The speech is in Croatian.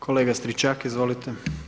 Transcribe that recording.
Kolega Stričak, izvolite.